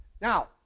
Now